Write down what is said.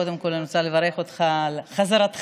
קודם כול, אני רוצה לברך אותך על חזרתך